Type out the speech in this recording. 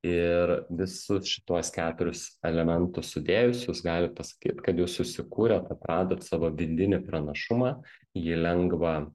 ir visus šituos keturis elementus sudėjus jūs galit pasakyt kad jūs susikūrėt atradot savo vidinį pranašumą jį lengva